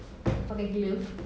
pakai glove